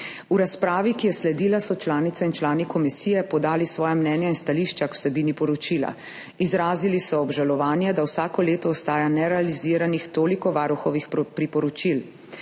V razpravi, ki je sledila, so članice in člani komisije podali svoja mnenja in stališča k vsebini poročila. Izrazili so obžalovanje, da vsako leto ostaja nerealiziranih toliko varuhovih priporočil.